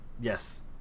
Yes